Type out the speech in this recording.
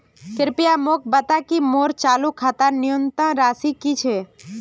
कृपया मोक बता कि मोर चालू खातार न्यूनतम राशि की छे